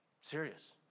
Serious